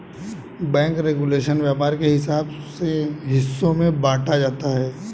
bank regulation व्यापार के हिसाब से हिस्सों में बांटा जाता है